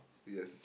yes